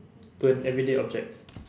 to an everyday object